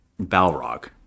Balrog